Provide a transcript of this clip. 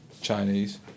Chinese